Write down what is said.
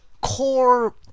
core